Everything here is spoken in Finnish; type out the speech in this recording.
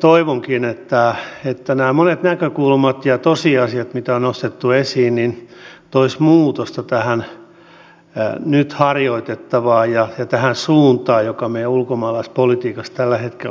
toivonkin että nämä monet näkökulmat ja tosiasiat mitkä on nostettu esiin toisivat muutosta tähän nyt harjoitettavaan politiikkaan ja suuntaan jota meidän ulkomaalaispolitiikassa tällä hetkellä ollaan ottamassa